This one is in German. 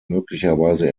möglicherweise